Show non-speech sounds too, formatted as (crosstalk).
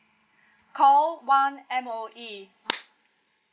call one M_O_E (noise)